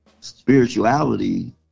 spirituality